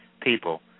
people